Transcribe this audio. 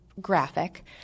graphic